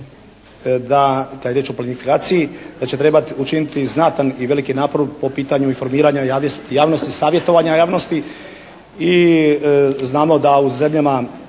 da će trebati učiniti znatan i veliki napor po pitanju informiranja javnosti, savjetovanja javnosti